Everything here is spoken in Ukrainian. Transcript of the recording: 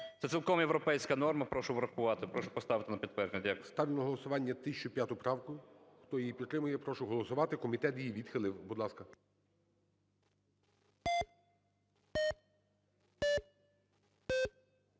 Це цілком європейська норма. Прошу врахувати, прошу поставити на підтвердження. Дякую. ГОЛОВУЮЧИЙ. Ставлю на голосування 1005 правку. Хто її підтримує, я прошу голосувати. Комітет її відхилив. Будь ласка.